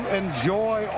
enjoy